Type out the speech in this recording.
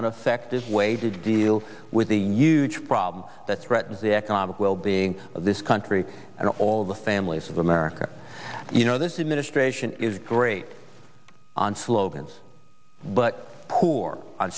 an effective way to deal with the huge problem that threatens the economic well being of this country and all the families of america you know there's administration is great on slogans but poor